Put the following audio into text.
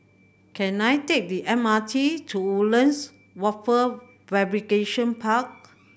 can I take the M R T to Woodlands Wafer Fabrication Park